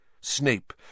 Snape